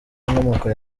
inkomoko